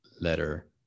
letter